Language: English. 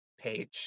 page